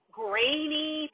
grainy